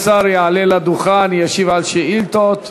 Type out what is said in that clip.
יעלה לדוכן וישיב על שאילתות.